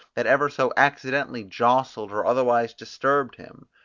that ever so accidentally jostled or otherwise disturbed him.